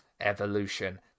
Evolution